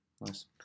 Nice